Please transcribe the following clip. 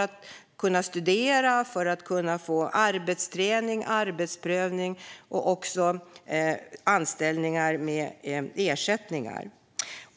att kunna studera och få arbetsträning och arbetsprövning. De måste också få hjälp till anställningar med ersättningar.